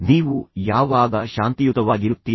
ನೀವು ಯಾವಾಗ ಶಾಂತ ಮತ್ತು ಶಾಂತಿಯುತವಾಗಿರುತ್ತೀರಿ